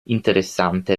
interessante